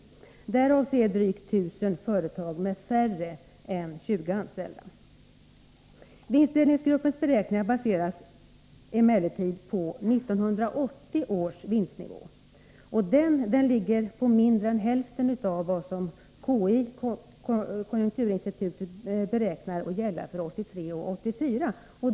Därav är drygt 1 000 företag med färre än 20 anställda. Vinstdelningsgruppens beräkningar baseras emellertid på 1980 års vinstnivå. Denna ligger på mindre än hälften av vad som av konjunkturinstitutet beräknas gälla för 1983 och 1984.